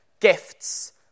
gifts